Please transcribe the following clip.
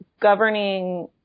governing